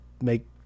make